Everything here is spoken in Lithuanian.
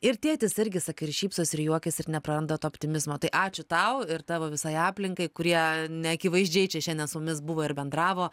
ir tėtis irgi sakai ir šypsosi ir juokias ir nepraranda to optimizmo tai ačiū tau ir tavo visai aplinkai kurie neakivaizdžiai čia šiandien su mumis buvo ir bendravo